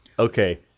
Okay